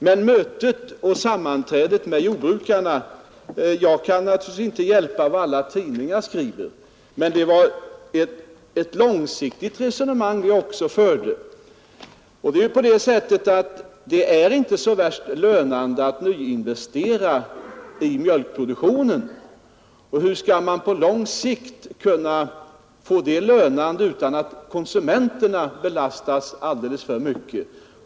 Vad beträffar sammanträdet med jordbrukarna så kan jag inte hjälpa vad alla tidningar skriver. Men det var ett långsiktigt resonemang vi också förde. Det är ju inte så värst lönande att nyinvestera i mjölkproduktionen, och hur skall man på lång sikt kunna få det lönande utan att konsumenterna belastas alldeles för mycket?